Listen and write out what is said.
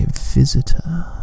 visitor